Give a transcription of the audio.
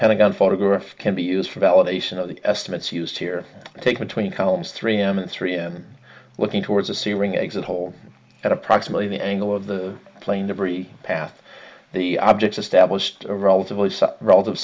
pentagon photograph can be used for validation of the estimates used here take between columns three m and three and looking towards the ceiling exit hole at approximately the angle of the plane debris path the object established a relatively some relative